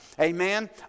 Amen